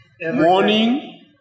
morning